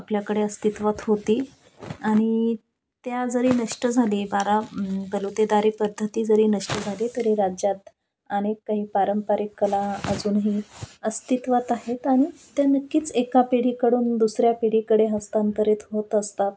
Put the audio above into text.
आपल्याकडे अस्तित्वात होती आणि त्या जरी नष्ट झाली बारा बलुतेदारी पद्धती जरी नष्ट झाली तरी राज्यात अनेक काही पारंपरिक कला अजूनही अस्तित्वात आहेत आणि त्या नक्कीच एका पिढीकडून दुसऱ्या पिढीकडे हस्तांतरित होत असतात